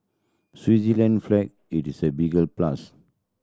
Switzerland flag it is a big plus